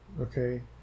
okay